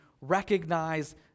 recognize